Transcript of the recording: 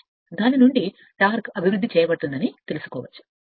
దాని నుండి టార్క్ అభివృద్ధి చేయబడుతుందని తెలుసుకోవచ్చు